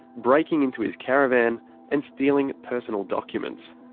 breaking into his caravan and stealing personal documents.